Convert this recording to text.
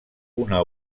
una